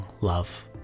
love